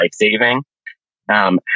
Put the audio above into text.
life-saving